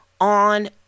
on